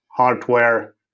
hardware